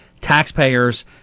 taxpayers